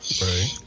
right